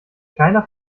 keiner